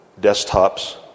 desktops